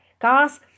Guys